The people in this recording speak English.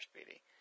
Speedy